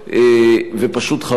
ופשוט חבל.